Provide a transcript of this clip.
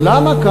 למה?